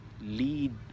Lead